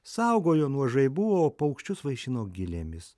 saugojo nuo žaibų o paukščius vaišino gilėmis